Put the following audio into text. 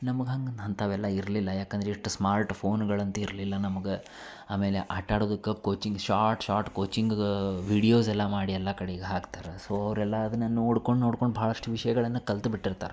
ನಮಗೆ ಹಾಗ್ ಅಂಥವೆಲ್ಲ ಇರಲಿಲ್ಲ ಯಾಕಂದ್ರೆ ಎಷ್ಟು ಸ್ಮಾರ್ಟ್ ಫೋನುಗಳಂತ್ ಇರಲಿಲ್ಲ ನಮ್ಗೆ ಆಮೇಲೆ ಆಟಾಡೋದಕ್ಕ ಕೋಚಿಂಗ್ ಶಾಟ್ ಶಾಟ್ ಕೋಚಿಂಗ್ದು ವಿಡಿಯೋಸ್ ಎಲ್ಲ ಮಾಡಿ ಎಲ್ಲ ಕಡೆಗೆ ಹಾಕ್ತಾರ ಸೋ ಅವರೆಲ್ಲ ಅದನ್ನ ನೋಡ್ಕೊಂಡು ನೋಡ್ಕೊಂಡು ಭಾಳಷ್ಟು ವಿಷಯಗಳನ್ನು ಕಲಿತು ಬಿಟ್ಟಿರ್ತಾರೆ